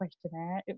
questionnaire